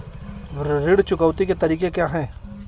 ऋण चुकौती के तरीके क्या हैं?